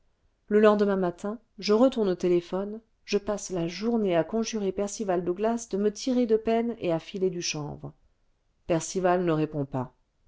le lendemain matin je retourne au téléphone je passe la journée à conjurer percival j douglas de me tirer de peine et à filer du chanvre percival ne répond pas